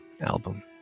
album